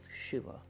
Shiva